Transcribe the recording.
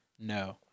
No